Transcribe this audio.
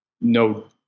no